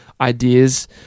ideas